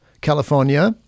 California